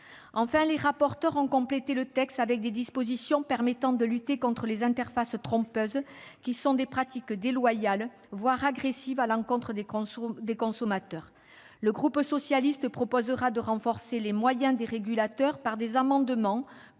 Enfin, les rapporteurs ont complété le texte avec des dispositions permettant de lutter contre les interfaces trompeuses, qui sont des pratiques déloyales, voire agressives, à l'encontre des consommateurs. Le groupe socialiste proposera de renforcer les moyens des régulateurs par des amendements concernant